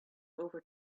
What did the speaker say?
over